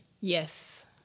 Yes